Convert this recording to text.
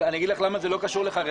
אבל אני אגיד לך למה זה לא קשור לחרדים,